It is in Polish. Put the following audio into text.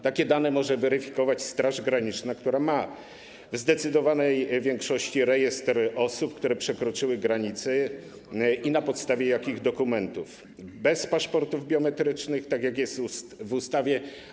Takie dane może weryfikować Straż Graniczna, która ma w zdecydowanej większości rejestr osób, które przekroczyły granicę, wskazujący, na podstawie jakich dokumentów, bez paszportów biometrycznych, tak jak jest w ustawie.